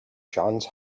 johns